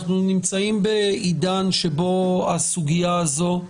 אנחנו נמצאים בעידן שבו הסוגיה הזאת,